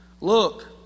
Look